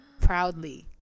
proudly